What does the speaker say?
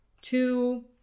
two